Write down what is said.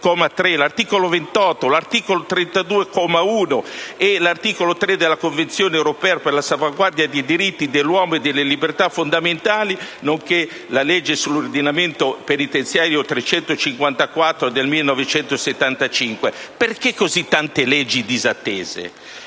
articolo 32, comma uno. Poi ricordo l'articolo 3 della Convenzione europea per la salvaguardia dei diritti dell'uomo e delle libertà fondamentali, nonché la legge sull'ordinamento penitenziario n. 354 del 1975. Perché così tante leggi disattese?